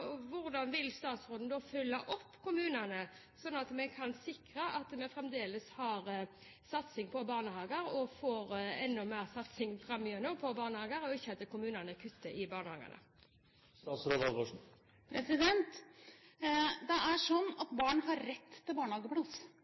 Hvordan vil statsråden følge opp kommunene, sånn at vi kan sikre at vi fremdeles har satsing på barnehager og får enda mer satsing framover på barnehager, og at ikke kommunene kutter i barnehagene? Det er sånn at barn har rett til